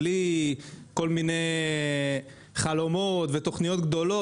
בלי כל מיני חלומות ותוכניות גדולות.